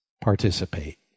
participate